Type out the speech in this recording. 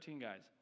guys